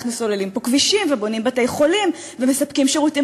אנחנו סוללים פה כבישים ובונים בתי-חולים ומספקים שירותים